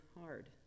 hard